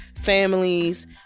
families